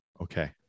Okay